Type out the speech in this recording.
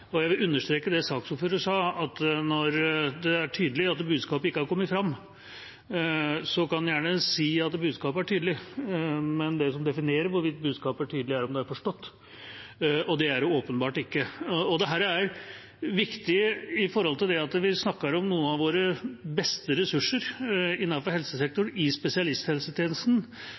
kommunehelsetjenesten. Jeg vil understreke det saksordføreren sa, at når det er tydelig at budskapet ikke har kommet fram, kan man gjerne si at budskapet er tydelig, men det som definerer hvorvidt budskapet er tydelig, er om det er forstått. Og det er det åpenbart ikke. Det er viktig, for vi snakker om noen av våre beste ressurser innenfor helsesektoren, at spesialisthelsetjenesten